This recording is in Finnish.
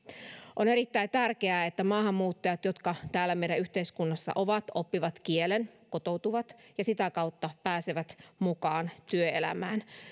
on erittäin tärkeää että maahanmuuttajat jotka täällä meidän yhteiskunnassa ovat oppivat kielen kotoutuvat ja sitä kautta pääsevät mukaan työelämään